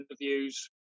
interviews